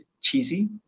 cheesy